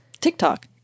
TikTok